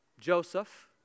Joseph